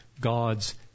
God's